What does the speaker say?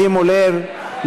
שימו לב,